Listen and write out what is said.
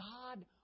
God